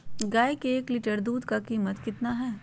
गाय के एक लीटर दूध का कीमत कितना है?